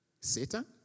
Satan